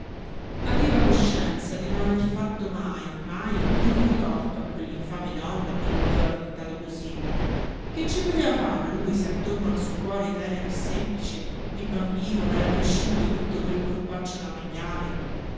aveva coscienza di non aver fatto mai mai il minimo torto a quell'infame donna che lo aveva trattato così che ci poteva far lui se attorno al suo cuore tenero e semplice di bambino era cresciuto tutto quel corpaccio da maiale